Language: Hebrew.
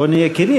בוא נהיה כנים.